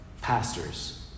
pastors